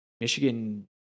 Michigan